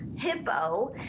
hippo